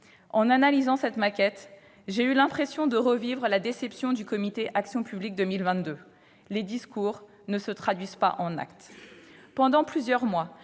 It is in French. En analysant cette maquette, j'ai eu l'impression de revivre la déception du comité Action publique 2022 : les discours ne se traduisent pas en actes. Pendant plusieurs mois,